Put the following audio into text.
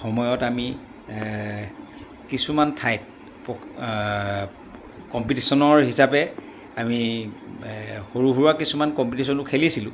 সময়ত আমি কিছুমান ঠাইত কম্পিটিশ্যনৰ হিচাপে আমি সৰু সুৰা কিছুমান কম্পিটিশ্যনো খেলিছিলোঁ